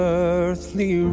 earthly